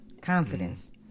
Confidence